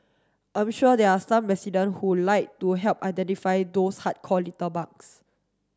I'm sure there are some resident who like to help identify those hardcore litterbugs